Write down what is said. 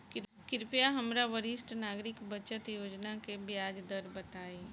कृपया हमरा वरिष्ठ नागरिक बचत योजना के ब्याज दर बताइं